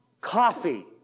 Coffee